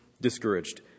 discouraged